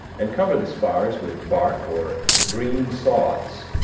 and cover the spars with bark or green sods,